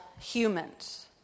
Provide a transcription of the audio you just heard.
humans